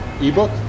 e-book